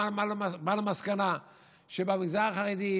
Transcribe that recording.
בא למסקנה שבמגזר החרדי,